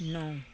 नौ